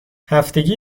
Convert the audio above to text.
هفتگی